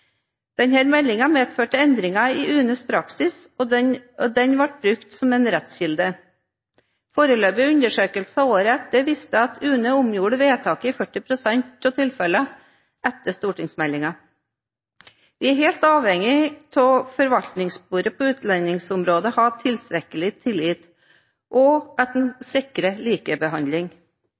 medførte endringer i UNEs praksis, og den ble brukt som en rettskilde. Foreløpige undersøkelser året etter viste at UNE omgjorde vedtaket i 40 pst. av tilfellene etter stortingsmeldingen. Vi er helt avhengige av at forvaltningssporet på utlendingsområdet har tilstrekkelig tillit, og at man sikrer likebehandling.